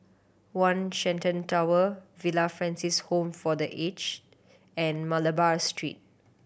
One Shenton Tower Villa Francis Home for The Aged and Malabar Street